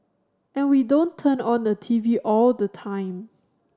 and we don't turn on the TV all the time